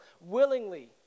willingly